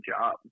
job